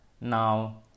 Now